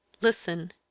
Listen